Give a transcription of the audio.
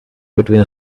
between